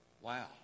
wow